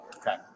Okay